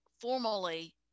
formally